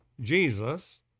Jesus